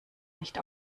nicht